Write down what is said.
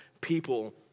people